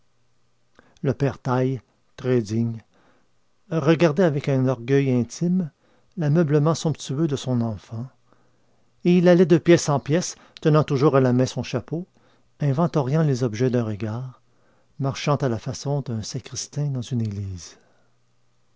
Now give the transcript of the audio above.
le père taille très digne regardait avec un orgueil intime l'ameublement somptueux de son enfant et il allait de pièce en pièce tenant toujours à la main son chapeau inventoriant les objets d'un regard marchant à la façon d'un sacristain dans une église